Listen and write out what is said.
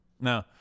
No